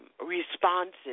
responses